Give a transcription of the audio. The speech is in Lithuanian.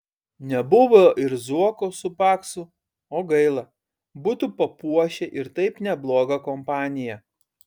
nebuvo ir zuoko su paksu o gaila būtų papuošę ir taip neblogą kompaniją